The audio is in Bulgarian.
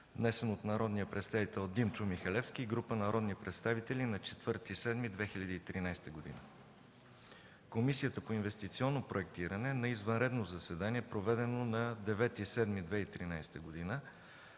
внесен от Димчо Михалевски и група народни представители на 4 юли 2013 г. Комисията по инвестиционно проектиране на извънредно заседание, проведено на 9 юли 2013 г.,